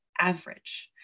average